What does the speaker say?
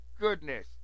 goodness